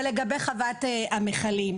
לגבי חוות המכלים.